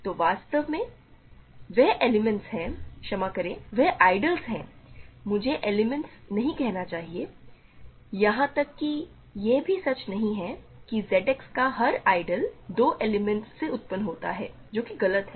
तो वास्तव में वह एलिमेंट्स हैं क्षमा करें वह आइडियलस हैं मुझे एलिमेंट्स नहीं कहना चाहिए यहां तक कि यह भी सच नहीं है कि Z X का हर आइडियल 2 एलिमेंट्स से उत्पन्न होता है जो कि गलत है